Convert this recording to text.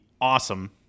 awesome